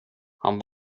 han